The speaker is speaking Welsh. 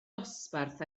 dosbarth